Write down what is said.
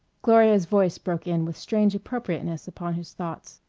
gloria's voice broke in with strange appropriateness upon his thoughts.